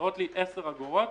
וחסרות לי 10 אגורות,